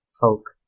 folk